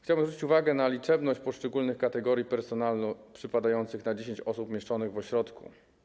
Chciałbym zwrócić uwagę na liczebność poszczególnych kategorii personelu przypadających na 10 osób umieszczonych w ośrodku.